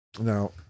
Now